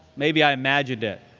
maybe i imagined it.